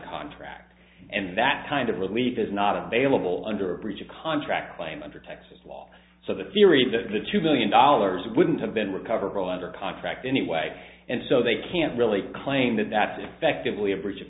contract and that kind of relief is not available under breach of contract claim under texas law so the theory that the two billion dollars wouldn't have been recoverable under contract anyway and so they can't really claim that that's effectively a br